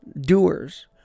doers